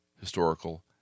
historical